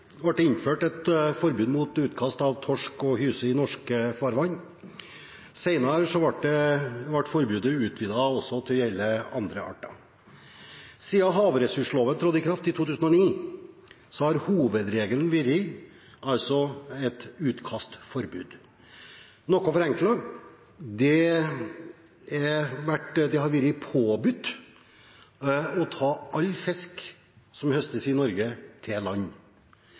ble det innført et forbud mot utkast av torsk og hyse i norske farvann. Senere ble forbudet utvidet til å gjelde også andre arter. Siden havressursloven trådte i kraft i 2009, har hovedregelen vært et utkastforbud – noe forenklet: Det har vært påbudt å ta all fisk som høstes i Norge, til land.